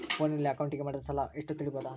ಫೋನಿನಲ್ಲಿ ಅಕೌಂಟಿಗೆ ಮಾಡಿದ ಸಾಲ ಎಷ್ಟು ತಿಳೇಬೋದ?